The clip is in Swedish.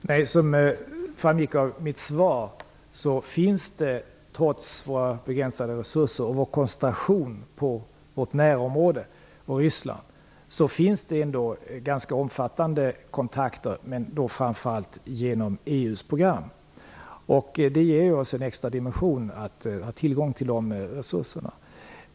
Fru talman! Som framgick av mitt svar finns det, trots våra begränsade resurser och vår koncentration på vårt närområde och Ryssland, ganska omfattande kontakter, men då framför allt genom EU:s program. Det ger oss en extra dimension att ha tillgång till dessa resurser.